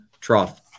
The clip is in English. trough